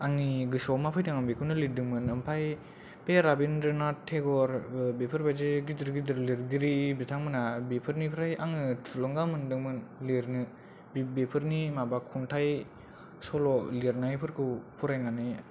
आंनि गोसोयाव मा फैदोंमोन आं बिखौनो लिरदोंमोन ओमफ्राय बे रबिन्द्र नाथ टेगर बेफोरबादि गिदिर गिदिर लिरगिरि बिथांमोना बिफोरनिफ्राय आङो थुलुंगा मोनदोंमोन लिरनो बिफोरनि माबा खन्थाइ सल' लिरनायफोरखौ फरायनानै